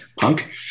punk